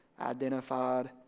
identified